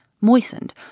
moistened